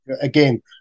again